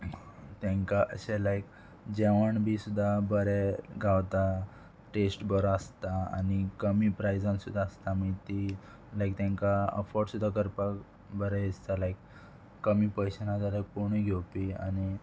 तांकां अशें लायक जेवण बी सुद्दां बरें गावता टेस्ट बरो आसता आनी कमी प्रायजान सुद्दां आसता मागीर ती लायक तांकां अफोर्ट सुद्दां करपाक बरें दिसता लायक कमी पयशे ना जाल्यार कोणूय घेवपी आनी